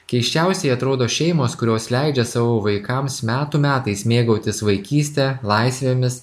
keisčiausiai atrodo šeimos kurios leidžia savo vaikams metų metais mėgautis vaikyste laisvėmis